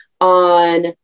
on